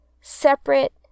separate